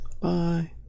Bye